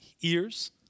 ears